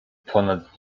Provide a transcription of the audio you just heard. ponad